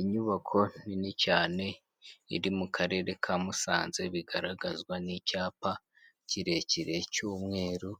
Inyubako nini cyane iri mu karere ka Musanze, bigaragazwa n'icyapa kirekire cy'umweru,